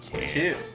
two